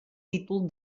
títol